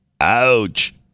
Ouch